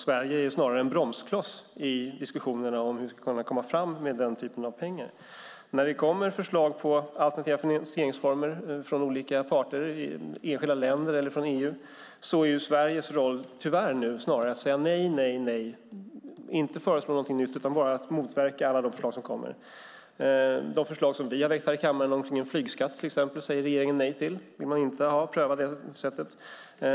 Sverige är snarare en bromskloss i diskussionerna om hur man ska komma fram med den typen av pengar. När det kommer förslag på alternativa finansieringsformer från olika parter, enskilda länder eller EU är Sveriges roll tyvärr nu snarare att säga nej och inte att föreslå någonting nytt. Man bara motverkar alla de förslag som kommer. De förslag som vi har väckt här i kammaren, till exempel om en flygskatt, säger regeringen nej till. Det vill man inte ha. Man vill inte pröva det sättet.